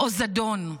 או זדון.